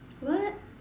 what